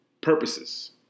purposes